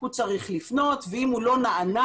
הוא צריך לפנות ואם הוא לא נענה,